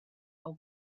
are